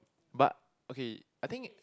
but okay I think it